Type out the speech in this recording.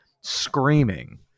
screaming